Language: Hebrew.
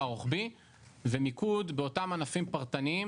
הרוחבי ומיקוד באותם ענפים פרטניים